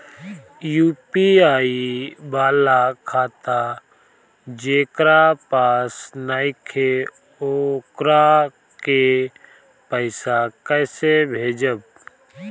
UPI वाला खाता जेकरा पास नईखे वोकरा के पईसा कैसे भेजब?